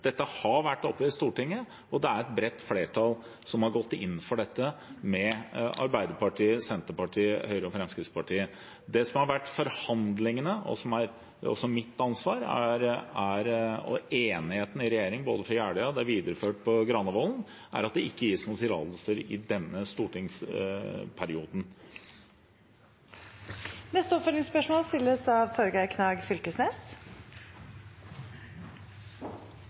har gått inn for dette – Arbeiderpartiet, Senterpartiet, Høyre og Fremskrittspartiet. Det som har vært forhandlet om, og enighet om, i regjeringen, både på Jeløya og – videreført – på Granavolden, og som er mitt ansvar, er at det ikke skal gis noen tillatelser i denne stortingsperioden. Det blir oppfølgingsspørsmål – først Torgeir Knag Fylkesnes.